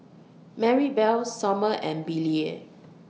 Marybelle Sommer and Billye